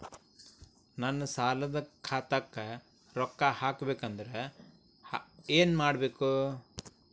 ನನ್ನ ಸಾಲದ ಖಾತಾಕ್ ರೊಕ್ಕ ಹಾಕ್ಬೇಕಂದ್ರೆ ಏನ್ ಮಾಡಬೇಕು?